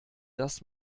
das